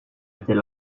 était